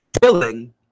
killing